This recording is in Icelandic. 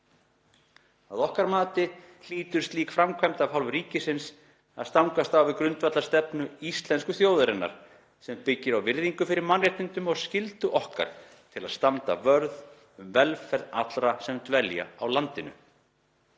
Að okkar mati hlýtur slík framkvæmd af hálfu ríkisins að stangast á við grundvallarstefnu íslensku þjóðarinnar sem byggir á virðingu fyrir mannréttindum og skyldu okkar til að standa vörð um velferð allra sem dvelja á landinu.